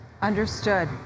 understood